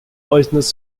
poisonous